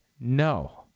No